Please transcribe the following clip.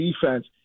defense